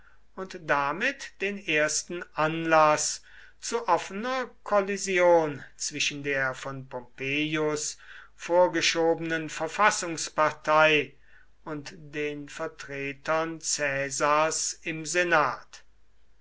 und damit den ersten anlaß zu offener kollision zwischen der von pompeius vorgeschobenen verfassungspartei und den vertretern caesars im senat